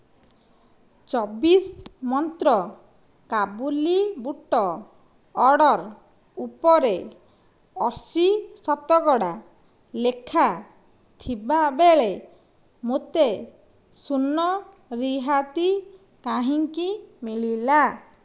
ଚବିଶ ମନ୍ତ୍ର କାବୁଲି ବୁଟ ଅର୍ଡ଼ର୍ ଉପରେ ଅଶୀ ଶତକଡ଼ା ଲେଖା ଥିବାବେଳେ ମୋତେ ଶୂନ ରିହାତି କାହିଁକି ମିଳିଲା